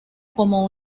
como